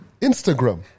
Instagram